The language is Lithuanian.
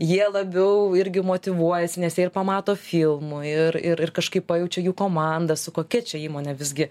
jie labiau irgi motyvuojasi nes jie ir pamato filmų ir ir kažkaip pajaučiq jų komanda su kokia čia įmone visgi